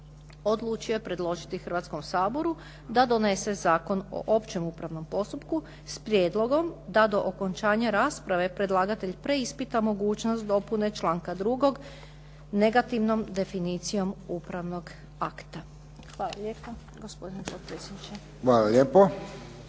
odlučio je predložiti Hrvatskom saboru da donose Zakon o opće upravnom postupku s prijedlogom da do okončanja rasprave predlagatelj preispita dopune članka 2. negativnom definicijom upravnog akta. Hvala lijepa gospodine potpredsjedniče.